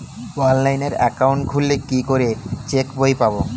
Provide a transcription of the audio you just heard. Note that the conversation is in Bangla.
অনলাইন একাউন্ট খুললে কি করে চেক বই পাব?